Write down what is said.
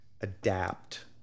adapt